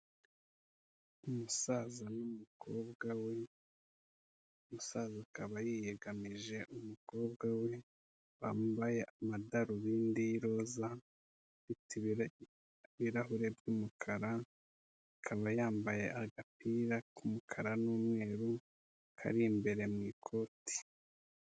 Umusaza n'umukobwa we, umusaza akaba yiyegamije umukobwa we, wambaye amadarubindi y'iroza, afite ibirahuri by'umukara, akaba yambaye agapira k'umukara n'umweru, kari imbere mu ikoti.